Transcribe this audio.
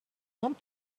want